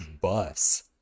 Bus